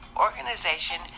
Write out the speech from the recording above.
organization